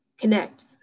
connect